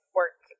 work